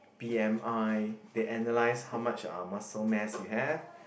b_m_i they analyse how much uh muscle mass you have